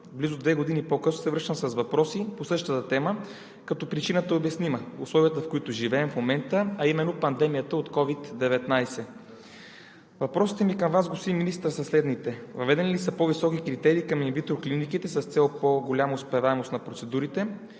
Близо две години по-късно се връщам с въпроси по същата тема, като причината е обяснима – условията, в които живеем в момента, а именно пандемията от COVID-19. Въпросите ми към Вас, господин Министър, са следните: въведени ли са по-високи критерии към инвитро клиниките с цел по-голяма успеваемост на процедурите?